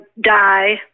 die